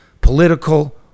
political